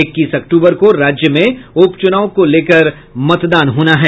इक्कीस अक्टूबर को राज्य में उपचुनाव को लेकर मतदान होना है